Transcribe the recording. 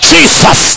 Jesus